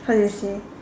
how do you say